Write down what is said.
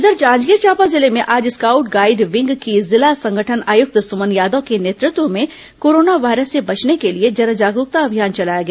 इधर जांजगीर चांपा जिले में आज स्काउट गाइड विंग की जिला संगठन आयुक्त सुमन यादव के नेतृत्व में कोरोना वायरस से बचने के लिए जन जागरूकता अभियान चलाया गया